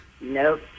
nope